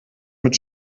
mit